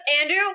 andrew